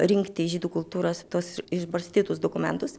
rinkti žydų kultūros tuos išbarstytus dokumentus